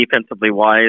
defensively-wise